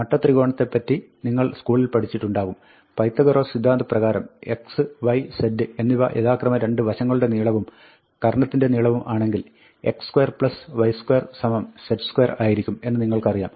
മട്ടത്രികോണത്തെപ്പറ്റി നിങ്ങൾ സ്കൂളിൽ പഠിച്ചിട്ടുണ്ടാകും പൈത്തഗോറസ് സിദ്ധാന്ത പ്രകാരം x y z എന്നിവ യഥാക്രമം രണ്ട് വശങ്ങളുടെ നീളവും കർണ്ണത്തിന്റെ നീളവും ആണെങ്കിൽ x2 y2 z2 ആയിരിക്കും എന്ന് നിങ്ങൾക്കറിയാം